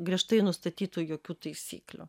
griežtai nustatytų jokių taisyklių